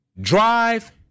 drive